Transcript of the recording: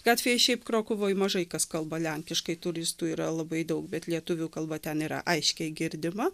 gatvėj šiaip krokuvoj mažai kas kalba lenkiškai turistų yra labai daug bet lietuvių kalba ten yra aiškiai girdima